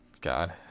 God